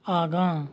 आगाँ